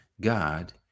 God